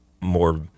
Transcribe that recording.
more